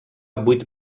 vuit